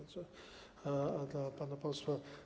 A dla pana posła.